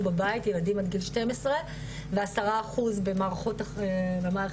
בבית ילדים עד גיל 12 ו-10 אחוז במערכת החינוך,